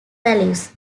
values